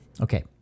Okay